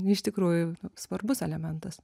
iš tikrųjų svarbus elementas